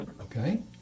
Okay